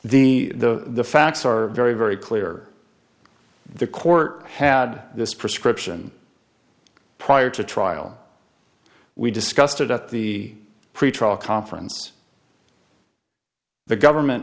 the the facts are very very clear the court had this prescription prior to trial we discussed it at the pretrial conference the government